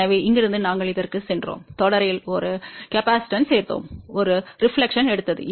எனவே இங்கிருந்து நாங்கள் இதற்குச் சென்றோம் தொடரில் ஒரு கொள்ளளவைச் சேர்த்தோம் ஒரு பிரதிபலிப்பு எடுத்தது